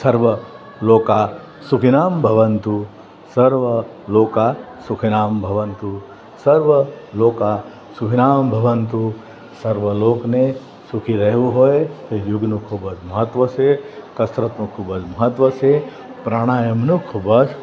સર્વ લોકા સુખીનામ ભવન્તુ સર્વલોકા સુખીનામ ભવન્તુ સર્વલોકા સુખીનામ ભવન્તુ સર્વ લોક ને સુખી રહેવું હોય તો યોગનું ખૂબ જ મહત્ત્વ છે કસરતનું ખૂબ જ મહત્ત્વ છે પ્રાણાયામનું ખૂબ જ